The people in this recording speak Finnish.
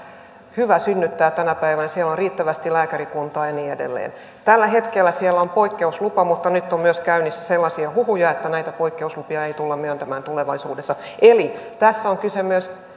hyvä synnyttää tänä päivänä siellä on riittävästi lääkärikuntaa ja niin edelleen tällä hetkellä siellä on poikkeuslupa mutta nyt on myös käynnissä sellaisia huhuja että näitä poikkeuslupia ei tulla myöntämään tulevaisuudessa eli tässä on kyse myös